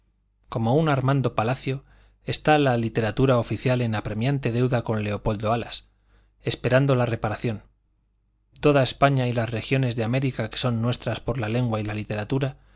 como un armando palacio está la literatura oficial en apremiante deuda con leopoldo alas esperando la reparación toda españa y las regiones de américa que son nuestras por la lengua y la literatura